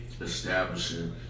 establishing